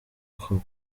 ako